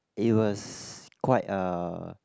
it was quite a